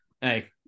hey